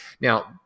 Now